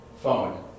phone